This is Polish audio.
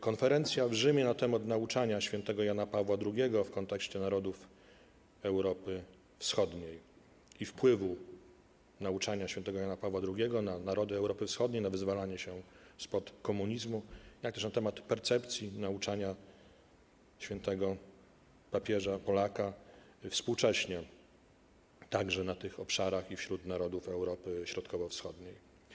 Konferencja w Rzymie na temat nauczania św. Jana Pawła II w kontekście narodów Europy Wschodniej i wpływu nauczania św. Jana Pawła II na narody Europy Wschodniej, na wyzwalanie się spod komunizmu, jak też na temat percepcji nauczania świętego papieża Polaka współcześnie także na tych obszarach i wśród narodów Europy Środkowo-Wschodniej.